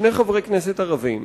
שני חברי כנסת ערבים,